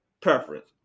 preference